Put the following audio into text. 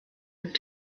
und